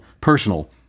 personal